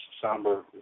somber